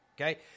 okay